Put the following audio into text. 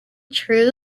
true